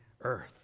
earth